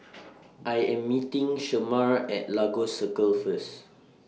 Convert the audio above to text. I Am meeting Shemar At Lagos Circle First